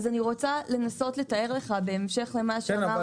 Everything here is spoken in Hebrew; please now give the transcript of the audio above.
אז אני רוצה לנסות לתאר לך בהמשך למה שאמר --- כן,